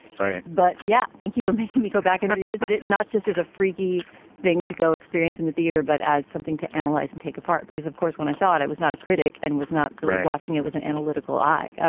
right. but yeah. thank you for making me go back and revisit it, not just as a freaky thing to go experience in the theater, but as something to analyze and take apart. because of course, when i saw it, it was not a critic and was not watching it with an analytical eye. ah